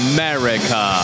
America